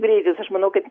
greitis aš manau kad